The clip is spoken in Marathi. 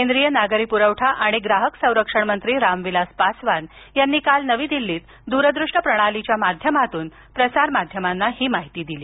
केंद्रीय नागरी पुरवठा आणि ग्राहक संरक्षण मंत्री राम विलास पासवान यांनी काल नवी दिल्लीत दुरवृष्य प्रणालीच्या माध्यमातून प्रसार माध्यमांना ही माहिती दिली